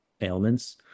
ailments